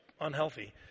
unhealthy